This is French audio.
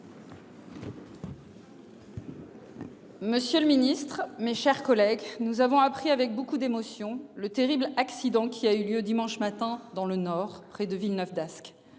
Monsieur le Ministre, mes chers collègues, nous avons appris avec beaucoup d'émotion. Le terrible accident qui a eu lieu dimanche matin dans le nord près de Villeneuve